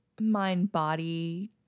mind-body